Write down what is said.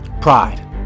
Pride